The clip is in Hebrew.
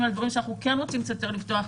על דברים שאנחנו רוצים קצת יותר לפתוח,